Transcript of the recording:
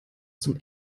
zum